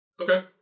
Okay